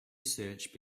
search